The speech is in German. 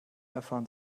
erfahren